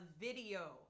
video